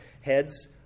heads